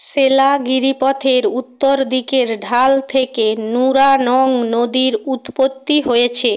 সেলা গিরিপথের উত্তর দিকের ঢাল থেকে নুরানোং নদীর উৎপত্তি হয়েছে